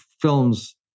films